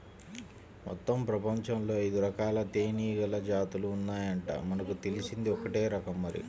మొత్తం పెపంచంలో ఐదురకాల తేనీగల జాతులు ఉన్నాయంట, మనకు తెలిసింది ఒక్కటే రకం మరి